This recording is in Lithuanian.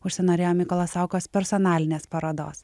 užsinorėjo mykolo saukos personalinės parodos